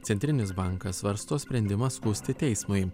centrinis bankas svarsto sprendimą skųsti teismui